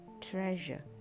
Treasure